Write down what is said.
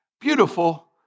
beautiful